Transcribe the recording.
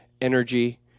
energy